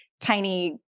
tiny